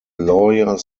lawyer